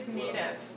native